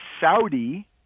Saudi